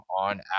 on